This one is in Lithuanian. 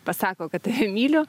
pasako kad myliu